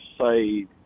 say